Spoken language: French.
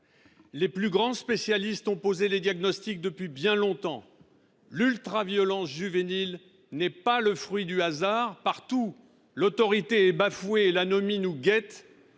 Les plus grands spécialistes ont posé les diagnostics depuis bien longtemps ! L’ultraviolence juvénile n’est pas le fruit du hasard. Partout, l’autorité est bafouée et l’anomie nous guette.